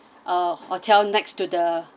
uh hotel next to the